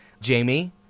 Jamie